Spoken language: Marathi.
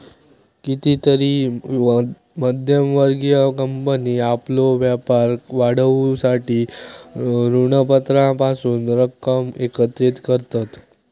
कितीतरी मध्यम वर्गीय कंपनी आपलो व्यापार वाढवूसाठी ऋणपत्रांपासून रक्कम एकत्रित करतत